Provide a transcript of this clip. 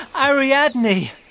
Ariadne